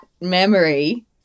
memory